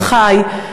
שחי,